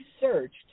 searched